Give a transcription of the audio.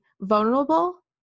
vulnerable